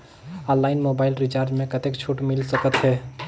Online mobile recharge मे कतेक छूट मिल सकत हे?